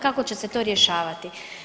Kako će se to rješavati?